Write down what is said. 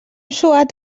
suat